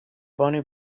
bunny